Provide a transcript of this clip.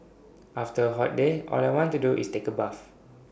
after A hot day all I want to do is take A bath